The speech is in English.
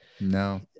no